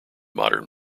modern